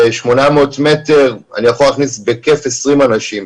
ב-800 מטר, אני יכול להכניס בכיף 20 אנשים.